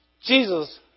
Jesus